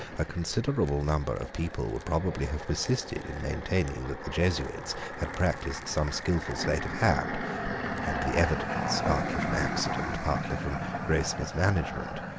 a considerable number of people would probably have persisted in maintaining that the jesuits had practised some skilful sleight of hand and the evidence, partly from accident, partly from gross mismanagement,